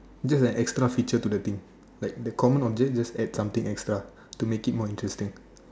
just an extra feature to the thing like the common object just add something extra to make it more interesting